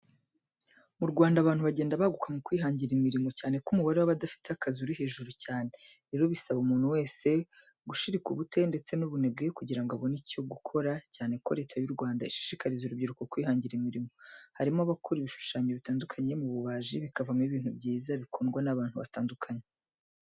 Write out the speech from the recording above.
Mu Rwanda abantu bagenda baguka mu kwihangira imirimo, cyane ko umubare w'abadafite akazi uri hejuru cyane. Rero bisaba umuntu wese gushiruka ubute ndetse n'ubunebwe kugira ngo abone icyo gukora cyane ko Leta y'u Rwanda ishishikariza urubyiruko kwihangira imirimo. Harimo abakora ibishushanyo bitandukanye mu bubaji bikavamo ibintu byiza bikundwa n'abantu batandukanye